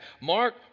Mark